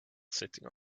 sitting